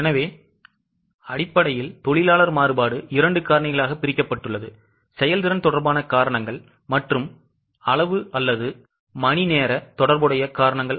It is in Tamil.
எனவே அடிப்படையில் தொழிலாளர் மாறுபாடு 2 காரணிகளாக பிரிக்கப்பட்டுள்ளது செயல்திறன் தொடர்பான காரணங்கள் மற்றும் அளவு அல்லது மணிநேர தொடர்புடைய காரணங்கள்